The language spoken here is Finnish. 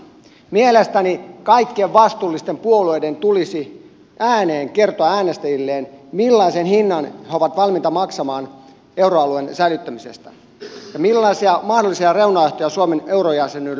mielestäni kaikkien vastuullisten puolueiden tulisi ääneen kertoa äänestäjilleen millaisen hinnan he ovat valmiita maksamaan euroalueen säilyttämisestä ja millaisia mahdollisia reunaehtoja suomen eurojäsenyydellä on